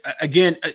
again